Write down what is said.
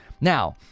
Now